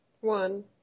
One